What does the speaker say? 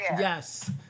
Yes